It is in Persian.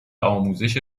آموزش